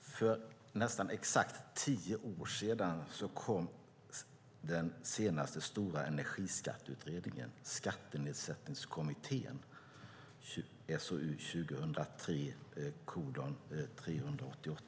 För nästan exakt tio år sedan kom den senaste stora energiskatteutredningen Skattenedsättningskommittén, SOU 2003:38.